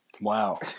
Wow